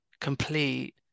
complete